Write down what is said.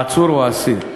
העצור או האסיר.